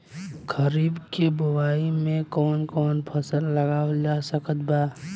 खरीब के बोआई मे कौन कौन फसल उगावाल जा सकत बा?